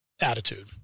Attitude